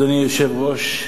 אדוני היושב-ראש,